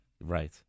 Right